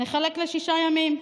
נחלק לשישה ימים.